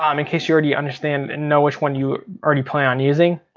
um in case you already understand and know which one you already plan on using.